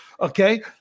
Okay